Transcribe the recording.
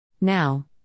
Now